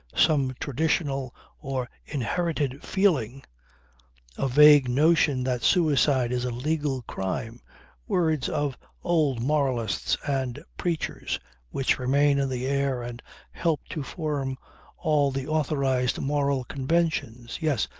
some traditional or inherited feeling a vague notion that suicide is a legal crime words of old moralists and preachers which remain in the air and help to form all the authorized moral conventions. yes,